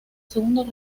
segundos